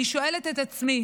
אני שואלת את עצמי